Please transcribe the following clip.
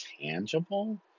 tangible